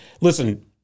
Listen